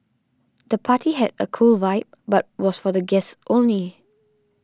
the party had a cool vibe but was for the guests only